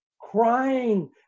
crying